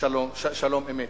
שלום אמת.